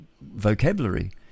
vocabulary